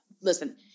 Listen